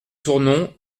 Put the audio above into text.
tournon